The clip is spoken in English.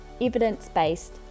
evidence-based